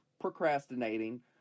procrastinating